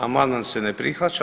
Amandman se ne prihvaća.